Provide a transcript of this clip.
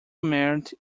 married